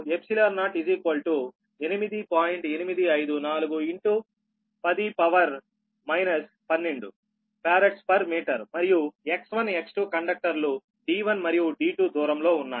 854 10 12 farads per metre మరియు X1 X2 conductor లు D1 మరియు D2 దూరంలో ఉన్నాయి